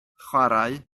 chwarae